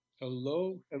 Hello